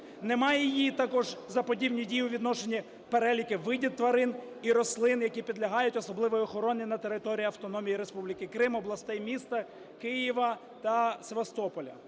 Немає її також за подібні дії у відношенні переліку видів тварин і рослин, які підлягають особливій охороні на території Автономної Республіки Крим, областей, міста Києва та Севастополя.